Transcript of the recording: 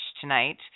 tonight